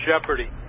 jeopardy